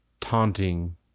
taunting